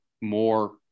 more